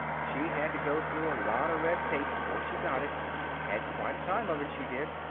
she had to go through a lot of red tape before she got it had quite a time of it, she did!